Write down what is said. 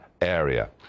area